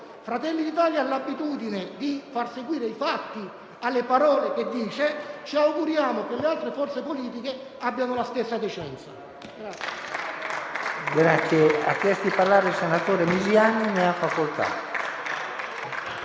Fratelli d'Italia ha l'abitudine di far seguire i fatti alle parole che dice; ci auguriamo che le altre forze politiche abbiano la stessa decenza.